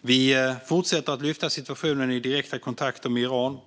Vi fortsätter att lyfta fram situationen i direkta kontakter med Iran.